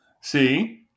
see